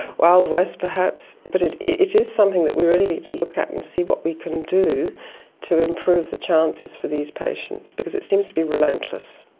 wild west perhaps? but it it is something that we really need to look at and see what we can do to improve the chances for these patients, because it seems to be relentless.